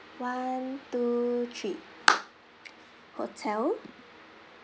one two three hotel